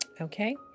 Okay